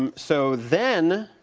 um so then